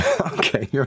Okay